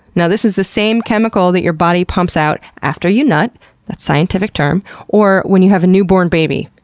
now this is the same chemical that your body pumps out after you nut that's scientific term or when you have a newborn baby.